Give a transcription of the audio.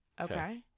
Okay